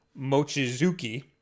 Mochizuki